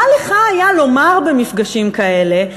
מה לך היה לומר במפגשים כאלה,